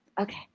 okay